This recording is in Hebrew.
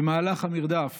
במהלך המרדף